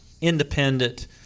independent